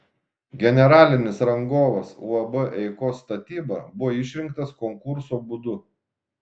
generalinis rangovas uab eikos statyba buvo išrinktas konkurso būdu